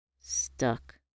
Stuck